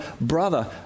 brother